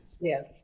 Yes